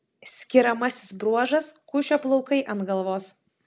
skiriamasis bruožas kušio plaukai ant galvos